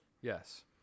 Yes